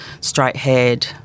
straight-haired